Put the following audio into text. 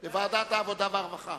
לוועדת העבודה והרווחה.